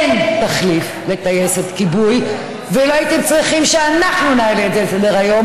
אין תחליף לטייסת כיבוי ולא הייתם צריכים שאנחנו נעלה את זה על סדר-היום